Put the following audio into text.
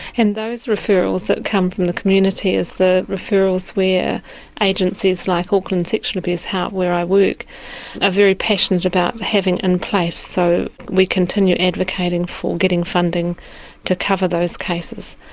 and those referrals that come from the community is the referrals where agencies like auckland sexual abuse help where i work are ah very passionate about having in place, so we continue advocating for getting funding to cover those cases.